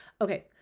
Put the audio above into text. Okay